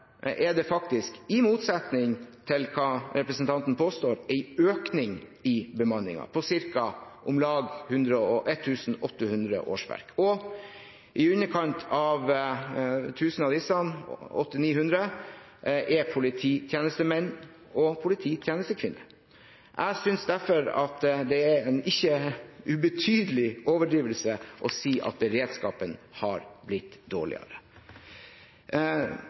er det faktisk, i motsetning til hva representanten påstår, en økning i bemanningen på om lag 1 800 årsverk. I underkant av 1 000 av disse, 800–900, er polititjenestemenn og -kvinner. Jeg synes derfor at det er en ikke ubetydelig overdrivelse å si at beredskapen er blitt dårligere.